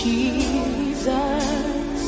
Jesus